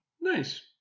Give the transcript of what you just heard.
Nice